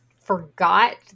forgot